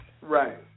right